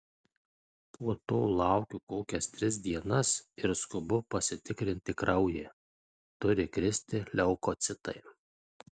po to laukiu kokias tris dienas ir skubu pasitikrinti kraują turi kristi leukocitai